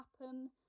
happen